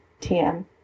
TM